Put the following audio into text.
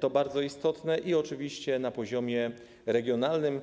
co bardzo istotne, i oczywiście na poziomie regionalnym.